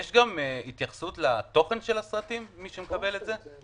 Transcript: יש גם התייחסות לתוכנם של הסרטים שמקבלים את זה?